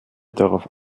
darauf